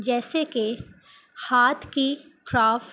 جیسے کہ ہاتھ کی کررافٹ